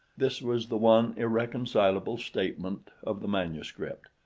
this was the one irreconcilable statement of the manuscript.